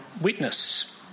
witness